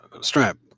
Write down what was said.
strap